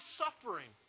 suffering